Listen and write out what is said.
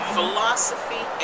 Philosophy